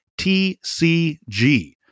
tcg